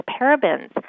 parabens